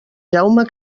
jaume